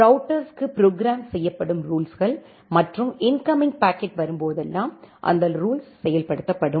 ரௌட்டர்ஸ்க்கு program செய்யப்படும் ரூல்ஸ்கள் மற்றும் இன்கமிங் பாக்கெட் வரும்போதெல்லாம் அந்த ரூல்ஸ் செயல்படுத்தப்படும்